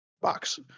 Box